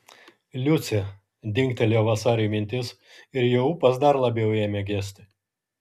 liucė dilgtelėjo vasariui mintis ir jo ūpas dar labiau ėmė gesti